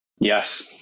yes